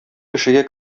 кешегә